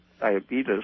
diabetes